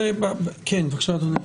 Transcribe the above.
כן, בבקשה אדוני.